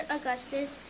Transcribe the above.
Augustus